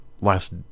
last